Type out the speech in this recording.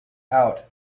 out